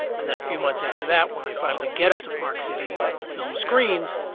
and then a few months after that when i finally get up to park city and the film screens,